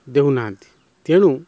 ଦେଉନାହାନ୍ତି ତେଣୁ